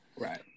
Right